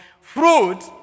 Fruit